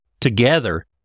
Together